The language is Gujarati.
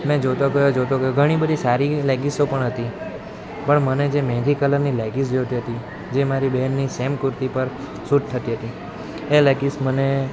મેં જોતો ગયો જોતો ગયો ઘણી બધી સારી લેગીસો પણ હતી પણ મને જે મહેંદી કલરની લેગીસ જોઈતી હતી જે મારી બહેનની સેમ કુર્તી પર શુટ થતી હતી એ લેગીસ મને